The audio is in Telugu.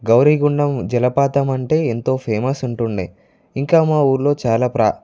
గౌరీ గుండం జలపాతం అంటే ఎంతో ఫేమస్ ఉంటుండే ఇంకా మాఊరిలో చాలా